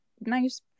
nice